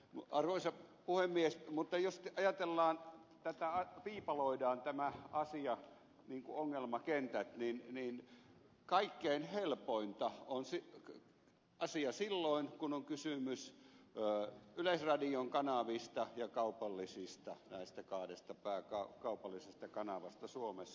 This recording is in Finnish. mutta arvoisa puhemies jos ajatellaan tätä viipaloidaan tämä asia niin kuin ongelmakentät niin kaikkein helpointa on asia silloin kun on kysymys yleisradion kanavista ja kaupallisista näistä kahdesta kaupallisesta pääkanavasta suomessa